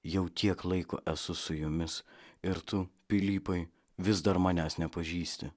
jau tiek laiko esu su jumis ir tu pilypai vis dar manęs nepažįsti